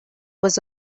was